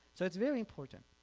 so it's very important.